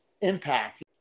impact